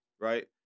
right